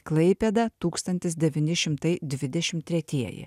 klaipėda tūkstantis devyni šimtai dvidešimt tretieji